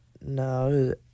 no